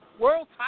world